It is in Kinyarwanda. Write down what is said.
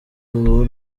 ubu